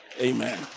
Amen